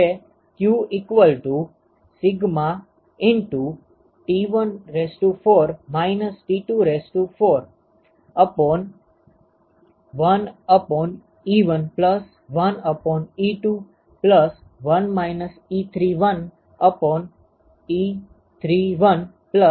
જે q σ 11 12 1 3131 1 3232 છે